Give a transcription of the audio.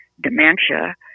dementia